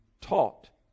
taught